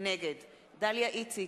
נגד דליה איציק,